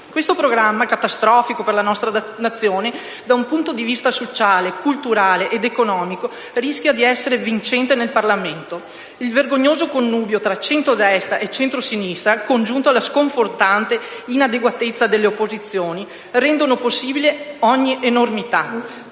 Questo programma, catastrofico per la nostra Nazione da un punto di vista sociale, culturale ed economico, rischia di essere vincente nel Parlamento. Il vergognoso connubio tra centrodestra e centrosinistra, congiunto alla sconfortante inadeguatezza delle opposizioni, rendono possibile ogni enormità.